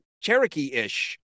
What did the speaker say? Cherokee-ish